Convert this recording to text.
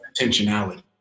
intentionality